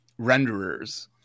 renderers